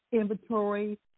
inventory